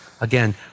Again